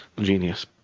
Genius